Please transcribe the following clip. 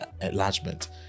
enlargement